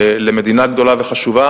למדינה גדולה וחשובה,